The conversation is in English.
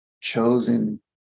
chosen